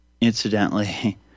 incidentally